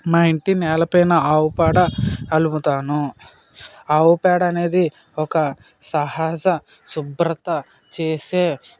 మా ఇంటి నేలపైన ఆవు పాడ అలుముతాను ఆవు పేడ అనేది ఒక సహజ శుభ్రత చేసే